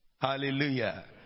Hallelujah